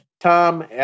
Tom